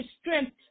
strength